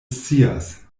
scias